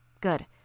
good